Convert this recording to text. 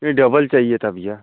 ये डबल चाहिए था भैया